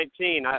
2019